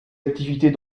activités